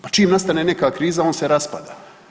Pa čim nastane neka kriza on se raspada.